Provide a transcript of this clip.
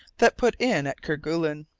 that put in at kerguelen.